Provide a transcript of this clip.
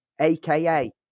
aka